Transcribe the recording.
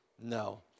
No